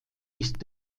ist